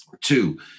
Two